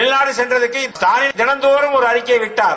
வெளிநாடு சென்றதற்கு ஸ்டாவின் தினந்தோறும் ஒரு அறிக்கைவிட்டார்